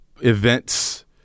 events